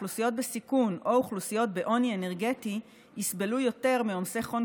אוכלוסיות בסיכון או אוכלוסיות בעוני אנרגטי יסבלו מעומסי חום